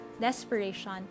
desperation